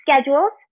schedules